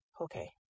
okay